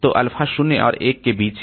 तो अल्फा 0 और 1 के बीच है